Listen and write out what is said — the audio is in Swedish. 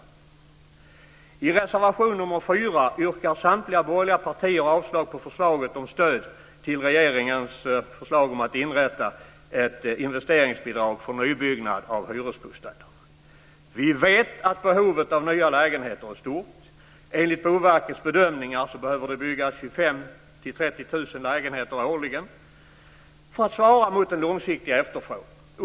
Vi vet att behovet av nya lägenheter är stort. Enligt Boverkets bedömningar behöver det byggas 25 000-30 000 lägenheter årligen för att svara mot den långsiktiga efterfrågan.